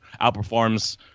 outperforms